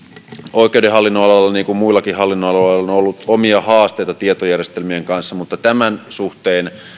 oikeuden hallinnon alalla niin kuin muillakin hallinnonaloilla on ollut omia haasteita tietojärjestelmien kanssa mutta tämän suhteen